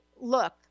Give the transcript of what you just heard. look